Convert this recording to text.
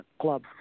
Club